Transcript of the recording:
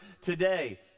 today